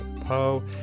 Poe